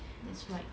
很多 chinese store